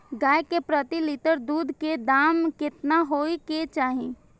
गाय के प्रति लीटर दूध के दाम केतना होय के चाही?